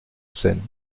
seine